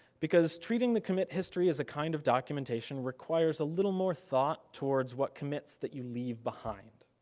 because treating the commit history as a kind of documentation requires a little more thought towards what commits that you leave behind.